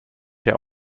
der